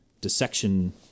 dissection